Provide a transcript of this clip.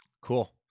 Cool